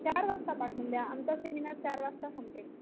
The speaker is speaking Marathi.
चार वाजता पाठवून द्या आमचा सेमिनार चार वाजता संपेल